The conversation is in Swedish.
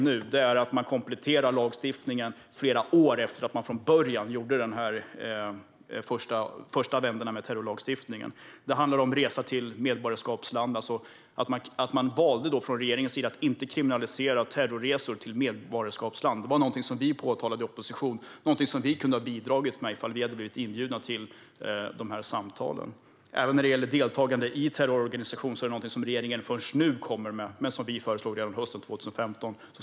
Det handlar om att man kompletterar lagstiftningen flera år efter att man gjorde den första vändan med terrorlagstiftningen. Det handlar om resa till medborgarskapsland, alltså att man från regeringens sida valde att inte kriminalisera terrorresor till medborgarskapsland. Det var någonting som vi påtalade i opposition. Detta var någonting som vi kunde ha bidragit med ifall vi hade blivit inbjudna till de här samtalen. Även när det gäller deltagande i terrororganisation är det någonting som regeringen först nu kommer med men som vi föreslog redan hösten 2015.